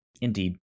indeed